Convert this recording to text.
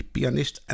Pianist